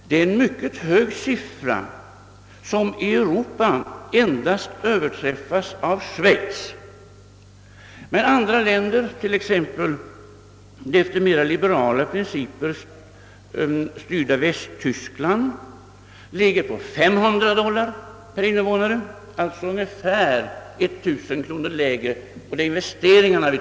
Det är en mycket hög siffra, som i Europa endast överträffas av Schweiz. Andra länder, t.ex. det efter mera liberala principer styrda Västtyskland, ligger på 500 dollar per invånare, alltså ungefär 500 kronor lägre då det gäller investeringarna.